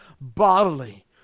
bodily